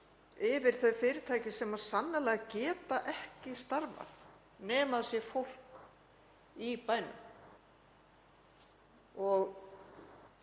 yfir þau fyrirtæki sem sannarlega geta ekki starfað nema það sé fólk í bænum,